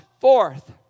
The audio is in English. forth